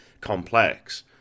complex